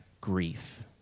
grief